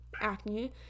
acne